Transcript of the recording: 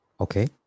Okay